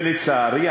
ולצערי,